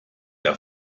der